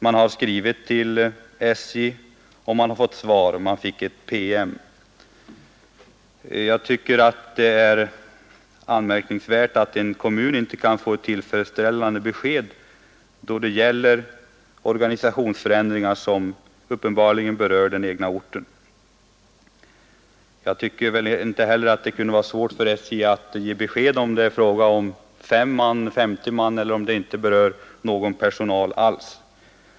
Man har skrivit till SJ och fått svar. Man fick en PM. Jag tycker att det är anmärkningsvärt att en kommun inte kan få ett tillfredsställande besked då det gäller organisationsförändringar som uppenbarligen berör en ort i kommunen. Jag tycker inte heller att det kan vara svårt för SJ att ge besked om det gäller 5 man eller 50 man eller om det inte berör någon personal alls.